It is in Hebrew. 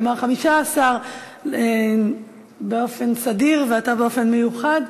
כלומר, 15 באופן סדיר ואתה באופן מיוחד.